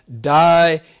die